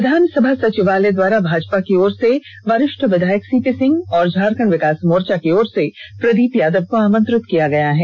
विधानसभा सचिवालय द्वारा भाजपा की ओर से वरिष्ठ विधायक सीपी सिंह और झारखंड विकास मोर्चा की ओर से प्रदीप यादव को आमंत्रित किया गया है